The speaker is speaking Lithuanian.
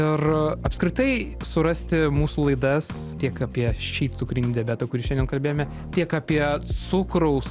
ir apskritai surasti mūsų laidas tiek apie šį cukrinį diabetą kurį šiandien kalbėjome tiek apie cukraus